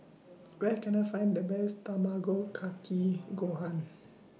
Where Can I Find The Best Tamago Kake Gohan